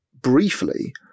briefly